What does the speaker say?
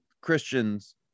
Christians